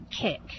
kick